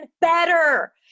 better